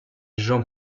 jean